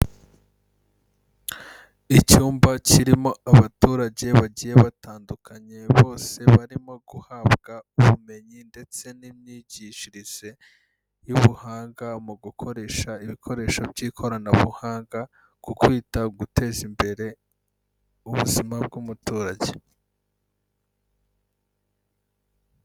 Icyumba kirimo abaturage bagiye batandukanye bose barimo guhabwa ubumenyi ndetse n'imyigishirize y'ubuhanga mu gukoresha ibikoresho by'ikoranabuhanga ku kwita guteza imbere ubuzima bw'umuturage.